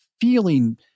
feeling